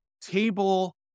table